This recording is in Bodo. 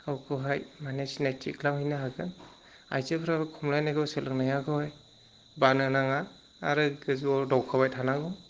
गावखौहाय माने सिनायथि लाहैनो हागोन आइजोफोराबो खमलायनायखौ सोलोंनायखौहाय बानो नाङा आरो गोजौआव दावखोबाय थानांगौ